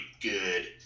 good